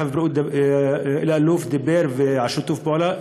הרווחה והבריאות ודיבר על שיתוף פעולה.